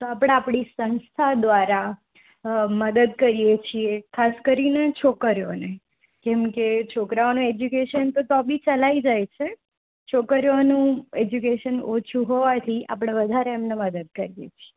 તો આપણે આપણી સંસ્થા દ્વારા મદદ કરીએ છીએ ખાસ કરીને છોકરીઓને કેમ કે છોકરાઓને એજ્યુકેશન તો બી ચાલી જાય છે છોકરીઓનું એજ્યુકેશન ઓછું હોવાથી આપણે વધારે એમને મદદ કરીએ છીએ